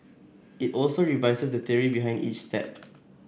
it also revises the theory behind each step